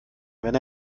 wenn